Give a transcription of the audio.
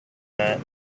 that